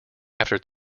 after